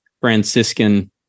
Franciscan